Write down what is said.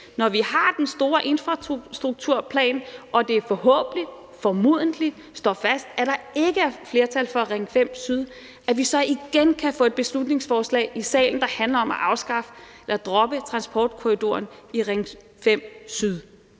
når vi har den store infrastrukturplan og det forhåbentlig, formodentlig står fast, at der ikke er flertal for Ring 5 syd, at vi igen kan fremsætte og få et beslutningsforslag i salen, der handler om at droppe transportkorridoren i Ring 5 syd.